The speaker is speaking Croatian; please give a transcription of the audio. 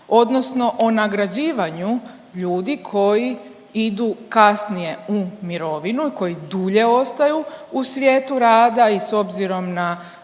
odnosno o nagrađivanju ljudi koji idu kasnije u mirovinu, koji dulje ostaju u svijetu rada i s obzirom na